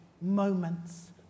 moments